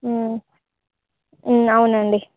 అవునండి